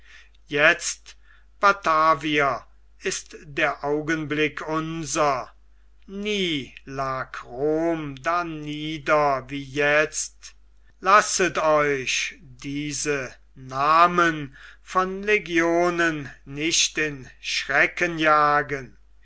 jetzt batavier ist der augenblick unser nie lag rom darnieder wie jetzt lasset euch diese namen von legionen nicht in schrecken jagen